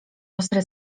ostry